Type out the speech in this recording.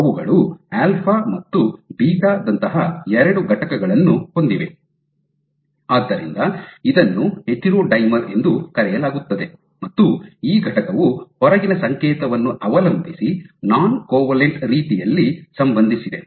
ಅವುಗಳು ಆಲ್ಫಾ ಮತ್ತು ಬೀಟಾ ದಂತಹ ಎರಡು ಘಟಕವನ್ನು ಹೊಂದಿವೆ ಆದ್ದರಿಂದ ಇದನ್ನು ಹೆಟೆರೋಡೈಮರ್ ಎಂದು ಕರೆಯಲಾಗುತ್ತದೆ ಮತ್ತು ಈ ಘಟಕವು ಹೊರಗಿನ ಸಂಕೇತವನ್ನು ಅವಲಂಬಿಸಿ ನಾನ್ ಕೋವೆಲೆಂಟ್ ರೀತಿಯಲ್ಲಿ ಸಂಬಂಧಿಸಿದೆ